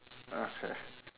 okay